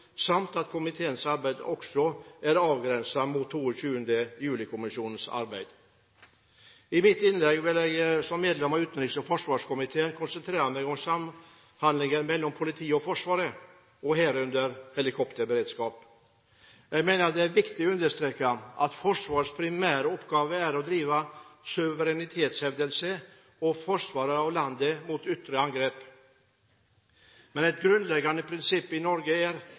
samt at komiteens arbeid også er avgrenset mot 22. juli-kommisjonens arbeid. I mitt innlegg vil jeg som medlem av utenriks- og forsvarskomiteen konsentrere meg om samhandlingen mellom politiet og Forsvaret, herunder helikopterberedskap. Jeg mener det er viktig å understreke at Forsvarets primære oppgave er å drive suverenitetshevdelse og forsvare landet mot ytre angrep. Et grunnleggende prinsipp i Norge er